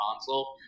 console